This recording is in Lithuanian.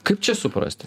kaip čia suprasti